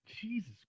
Jesus